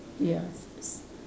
ya s~